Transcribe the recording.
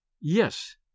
Yes